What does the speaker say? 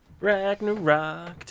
Ragnarok